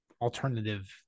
alternative